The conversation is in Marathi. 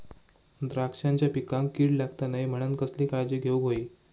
द्राक्षांच्या पिकांक कीड लागता नये म्हणान कसली काळजी घेऊक होई?